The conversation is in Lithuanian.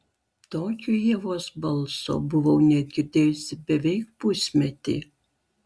tokio ievos balso buvau negirdėjusi beveik pusmetį